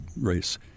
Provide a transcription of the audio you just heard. race